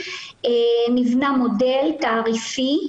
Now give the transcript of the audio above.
נבנה מודל תעריפי,